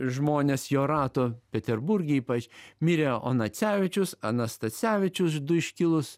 žmones jo rato peterburge ypač mirė onacevičius anastasevičius du iškilūs